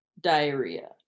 diarrhea